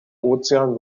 ozean